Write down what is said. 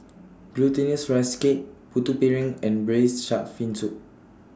Glutinous Rice Cake Putu Piring and Braised Shark Fin Soup